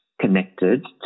connected